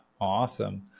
Awesome